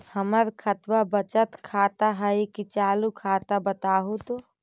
हमर खतबा बचत खाता हइ कि चालु खाता, बताहु तो?